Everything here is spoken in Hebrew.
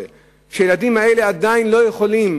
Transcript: כשהילדים האלה עדיין לא יודעים